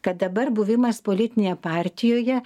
kad dabar buvimas politinėje partijoje